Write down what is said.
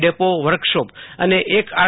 depot workshop અને એક R